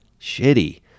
Shitty